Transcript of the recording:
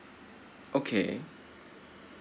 okay